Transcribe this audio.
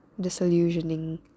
disillusioning